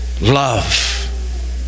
love